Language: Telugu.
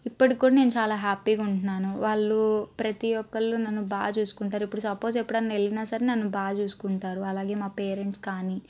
ఇప్పటికీ కూడా నేను చాలా హ్యాపీగా ఉంటున్నాను వాళ్లు ప్రతి ఒక్కళ్ళు నన్ను బాగా చూసుకుంటారు ఇప్పుడు సపోజ్ ఎప్పుడన్న వెళ్ళిన సరే నన్ను బాగా చూసుకుంటారు అలాగే మా పేరెంట్స్ కానీ